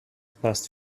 passed